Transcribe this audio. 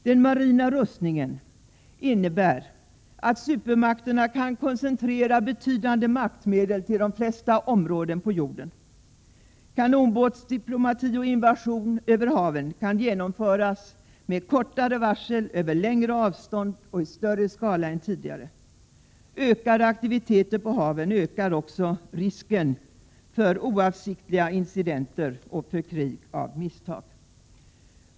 Den marina rustningen innebär att supermakterna kan koncentrera betydande maktmedel till de flesta områden på jorden. Kanonbåtsdiplomati och invasion över haven kan genomföras med kortare varsel, över längre avstånd och i större skala än tidigare. Ökade aktiviteter på haven ökar också risken för oavsiktliga incidenter och för krig av misstag.